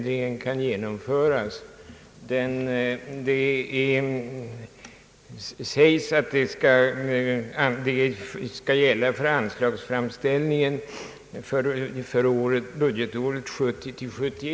Det sägs att frågan om nya ersättningsbestämmelser kommer att tas upp i samband med anslagsframställningen för budgetåret 1970/71.